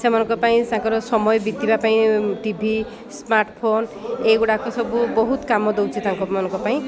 ସେମାନଙ୍କ ପାଇଁ ତାଙ୍କର ସମୟ ବିତିବା ପାଇଁ ଟିଭି ସ୍ମାର୍ଟଫୋନ ଏଇଗୁଡ଼ାକ ସବୁ ବହୁତ କାମ ଦେଉଛି ତାଙ୍କମାନଙ୍କ ପାଇଁ